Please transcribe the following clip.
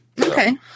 Okay